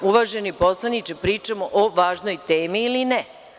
Uvaženi poslaniče, pričamo o važnoj temi ili ne?